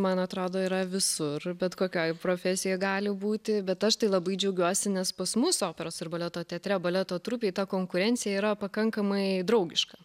man atrodo yra visur bet kokioj profesijoj gali būti bet aš tai labai džiaugiuosi nes pas mus operos ir baleto teatre baleto trupėj ta konkurencija yra pakankamai draugiška